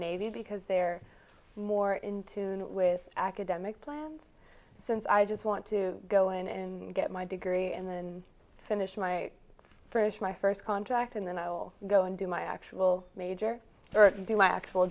navy because they're more in tune with academic plans since i just want to go in and get my degree and then finish my first my first contract and then i'll go and do my actual major do my actual